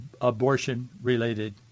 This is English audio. abortion-related